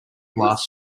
glass